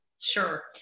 Sure